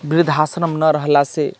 वृद्धाश्रम नहि रहलासँ